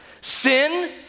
Sin